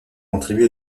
contribue